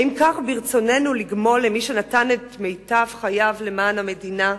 האם כך ברצוננו לגמול למי שנתן את מיטב חייו למען המדינה?